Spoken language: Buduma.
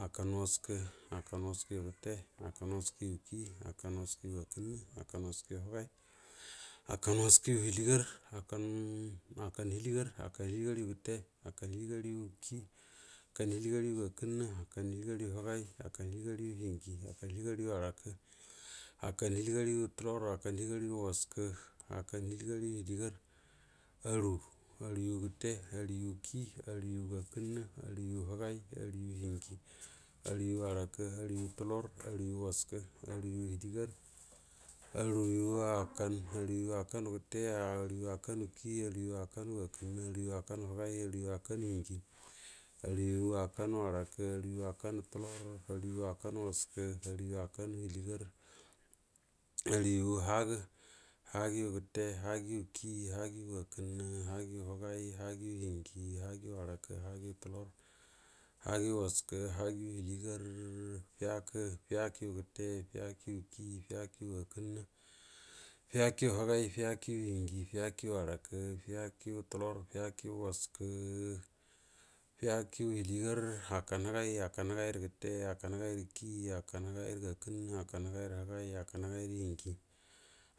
Hakan wəaskə, hakan wəakəyugəte, hakan wgaskəyukiyi hakan wəas kayu gəakənnə, hakan wəaskəyu hagay, hakan wəakəyu həliegar, hakan haliegar, hakan- hə akənnə, hakan bəaliegar yu həgar yu həkan həaliearyu həarakə- hakan həliegaryn tulor, hakan hədigaryu wəaskə, hallan həliegaruyu hadiegar, aruə, aruəyu gəte, aruər yuk iyi, aruyu gəaknnə, aruəyu həgay, aruəyu həarakə aruəyu tular, aruəyu wəaskə, aruəyu həliegars, aruayu hakan, aru ayu hakanyu gətə aruryin hakana kiyi, aruayu hakanu həaraku, wəaskə, aruə hakanu hahe gar, aninu həagaku həaraku, arug hakanu fular, aruəyu hakanu hakannu wəaskə, aruə hakanu həlie gari, aninu həaga, həsgoyu gəte, həagayu kiyi, həagayu yəakənnə, həagəyu həgay, həagəyu hienji e hdagəyu həarakə, həagayu, tulor həagəyu waskə, heagəyu hadiogar fiəakə, fiyakəyu gəye, fiakoyu hoyay, fiəakoyu tulor, firakəyu hoarakə, firakəyu həliegar, hakan həgan, hakan həgay rə gətə, hakan hogar kiyi, hakan həgayre ggrakənnə, hakan həgayra həgay, hakan hənjie,